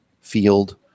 field